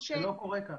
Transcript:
תודה.